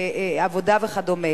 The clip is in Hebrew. עבודה וכדומה.